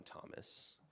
Thomas